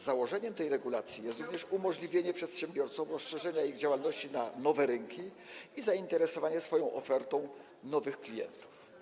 Założeniem tej regulacji jest również umożliwienie przedsiębiorcom rozszerzenia ich działalności na nowe rynki i zainteresowania swoją ofertą nowych klientów.